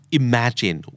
imagine